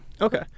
Okay